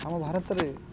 ଆମ ଭାରତରେ